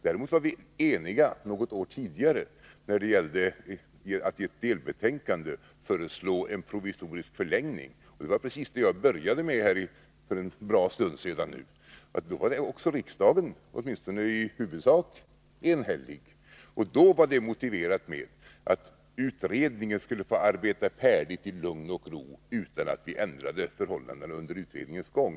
Däremot var vi eniga något år tidigare när det gällde att i ett delbetänkande föreslå en provisorisk förlängning. Det var precis vad jag sade i början av debatten. Då var också riksdagen enig — åtminstone i huvudsak — och motivet var att utredningen skulle få arbeta färdigt i lugn och ro, utan att vi ändrade förhållandena under utredningens gång.